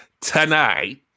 tonight